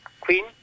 Queen